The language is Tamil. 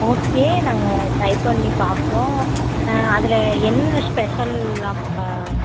ஓகே நாங்கள் ட்ரை பண்ணி பார்க்குறோம் அதில் என்னென்ன ஸ்பெஷல்லாம்ப்பா